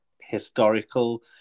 historical